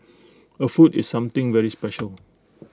A foot is something very special